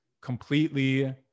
completely